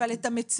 אבל את המציאות